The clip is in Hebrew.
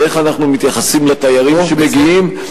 ואיך אנחנו מתייחסים לתיירים שמגיעים,